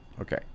okay